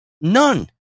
None